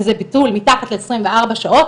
וזה ביטול מתחת לעשרים וארבע שעות,